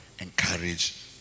encourage